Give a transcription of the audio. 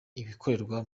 ibikorerwa